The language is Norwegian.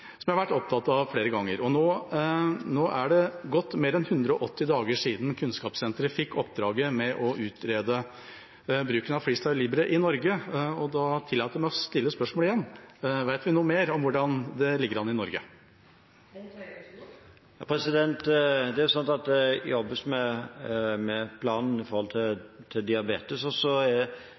som jeg har vært opptatt av flere ganger. Nå er det gått mer enn 180 dager siden kunnskapssenteret fikk oppdraget med å utrede bruken av FreeStyle Libre i Norge. Da tillater jeg meg å stille spørsmålet igjen: Vet vi nå mer om hvordan det ligger an i Norge? Det jobbes med diabetesplanen. Så er det